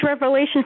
revelation